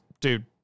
Dude